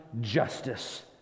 justice